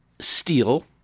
steel